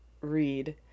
read